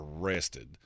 arrested